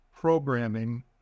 programming